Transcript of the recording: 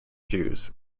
jews